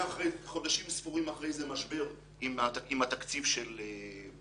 היה חודשים ספורים אחרי זה משבר עם התקציב של "עמי",